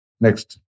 Next